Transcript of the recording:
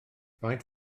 faint